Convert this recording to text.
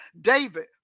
David